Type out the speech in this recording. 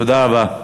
תודה רבה.